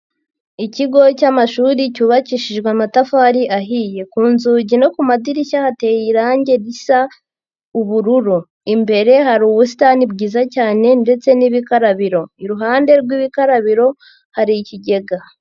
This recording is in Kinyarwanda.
Ikigo cy'amashuri cyubakishijwe amatafari ahiye, ku nzugi no ku madirishya hateye irange risa ubururu, imbere hari ubusitani bwiza cyane ndetse n'ibikarabiro, iruhande rw'ibikarabiro hari ikigega.